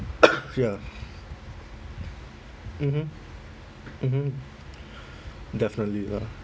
ya mmhmm mmhmm definitely lah